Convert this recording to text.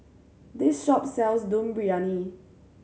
this shop sells Dum Briyani